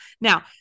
now